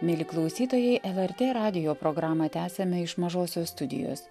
mieli klausytojai lrt radijo programą tęsiame iš mažosios studijos